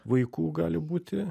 vaikų gali būti